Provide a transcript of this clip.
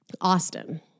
Austin